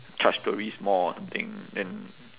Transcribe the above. charge tourists more or something then